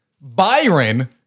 byron